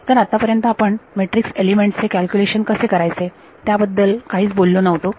तर आतापर्यंत आपण मॅट्रिक्स एलिमेंट्स चे कॅल्क्युलेशन कसे करायचे त्याबद्दल आपण काहीच बोललो नव्हतो